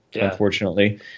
unfortunately